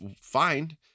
fine